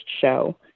show